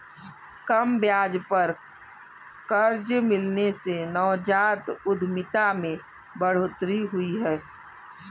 कम ब्याज पर कर्ज मिलने से नवजात उधमिता में बढ़ोतरी हुई है